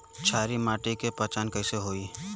क्षारीय माटी के पहचान कैसे होई?